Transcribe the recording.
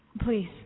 please